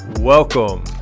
Welcome